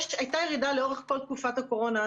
הייתה ירידה לאורך כל תקופת הקורונה.